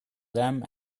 them